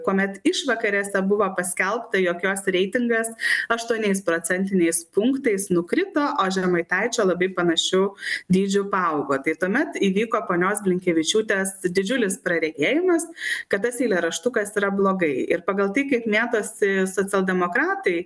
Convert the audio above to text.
kuomet išvakarėse buvo paskelbta jog jos reitingas aštuoniais procentiniais punktais nukrito o žemaitaičio labai panašiu dydžiu paaugo tai tuomet įvyko ponios blinkevičiūtės didžiulis praregėjimas kad tas eilėraštukas yra blogai ir pagal tai kaip mėtosi socialdemokratai